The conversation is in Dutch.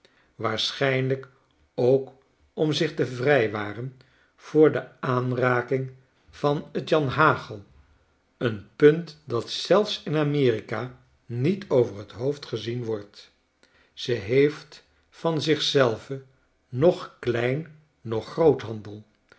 ook om zich te vrijwaren voor de aanraking van t janhagel een punt dat zelfs in amerika niet over t hoofd gezien wordt ze heeft van zich zelve noch klein noch groothandel